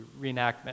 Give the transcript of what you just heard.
reenactment